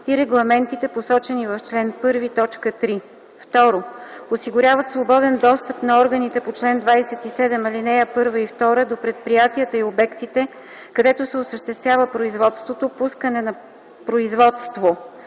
и регламентите, посочени в чл. 1, т. 3; 2. осигуряват свободен достъп на органите по чл. 27, ал. 1 и 2 до предприятията и обектите, където се осъществява производство, пускане на пазара,